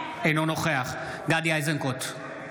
אינו נוכח גדי איזנקוט,